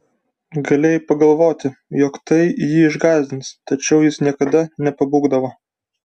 galėjai pagalvoti jog tai jį išgąsdins tačiau jis niekada nepabūgdavo